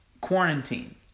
quarantine